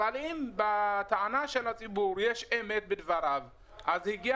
אבל אם בטענה של הציבור יש אמת בדבריו אז הגיע